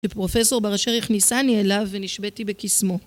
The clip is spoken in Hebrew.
ופרופסור בר אשר הכניסני אליו ונשביתי בקסמו